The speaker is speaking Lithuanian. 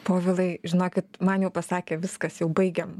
povilai žinokit man jau pasakė viskas jau baigiam